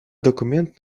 документ